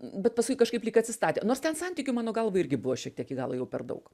bet paskui kažkaip lyg atsistatė nors ten santykių mano galva irgi buvo šiek tiek į galą jau per daug